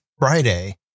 Friday